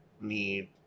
need